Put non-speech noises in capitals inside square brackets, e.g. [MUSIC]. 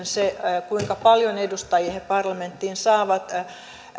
[UNINTELLIGIBLE] se kuinka paljon edustajia he parlamenttiin saavat